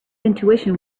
intuition